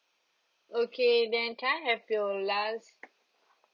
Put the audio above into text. okay then can I have your last